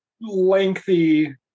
lengthy